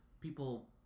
people